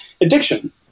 Addiction